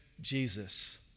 Jesus